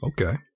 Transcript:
Okay